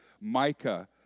Micah